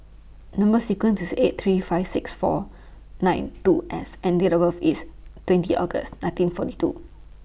Number sequence IS eight three five six four nine two S and Date of birth IS twenty August nineteen forty two